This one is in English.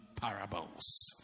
parables